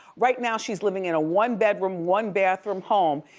right now, she's living in a one bedroom, one bathroom home,